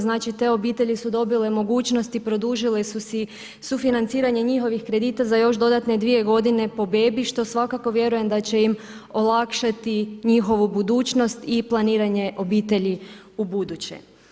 Znači, te obitelji su dobile mogućnost i produžile su si sufinanciranje njihovih kredita za još dodatne dvije godine po bebi, što svakako vjerujem da će im olakšati njihovu budućnost i planiranje obitelji u buduće.